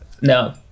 no